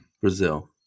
Brazil